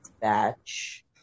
Batch